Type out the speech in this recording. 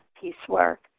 piecework